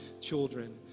children